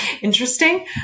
interesting